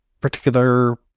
particular